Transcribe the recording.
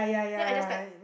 then I just like